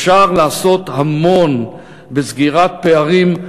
אפשר לעשות המון בסגירת פערים,